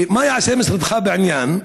1. מה יעשה משרדך בעניין,